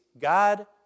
God